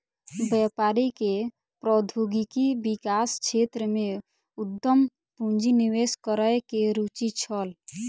व्यापारी के प्रौद्योगिकी विकास क्षेत्र में उद्यम पूंजी निवेश करै में रूचि छल